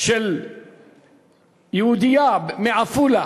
של יהודייה מעפולה,